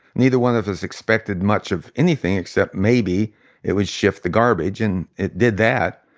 neither one of us expected much of anything, except maybe it would shift the garbage. and it did that.